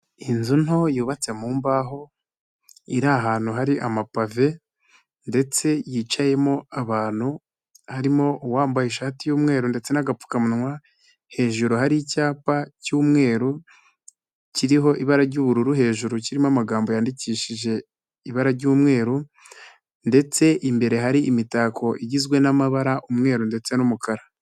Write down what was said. Inzu nto yubatse mu mbaho, iri ahantu hari amapave ndetse yicayemo abantu, harimo uwambaye ishati y'umweru ndetse n'agapfukamunwa, hejuru hari icyapa cy'umweru kiriho ibara ry'ubururu hejuru kirimo amagambo yandikishije ibara ry'umweru ndetse imbere hari imitako igizwe n'amabara, umweru ndetse n'umukara.